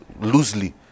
Loosely